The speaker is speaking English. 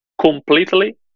completely